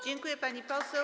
Dziękuję, pani poseł.